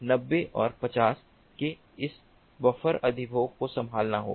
90 और 50 के इस बफर अधिभोग को संभालना होगा